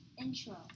intro